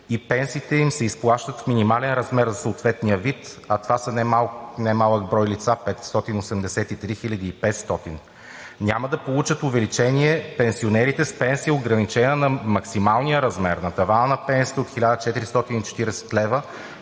и пенсиите им се изплащат в минимален размер за съответния вид, а това са немалък брой лица – 583 500. Няма да получат увеличение пенсионерите с пенсия, ограничена на максималния размер, на тавана на пенсиите от 1440 лв.